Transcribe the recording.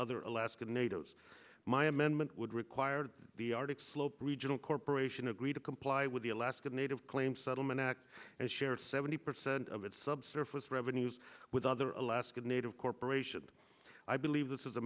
other alaska natives my amendment would require the arctic slope regional corporation agreed to comply with the alaska native claims settlement act and share seventy percent of its subsurface revenues with other alaska native corporation i believe this is a